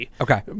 Okay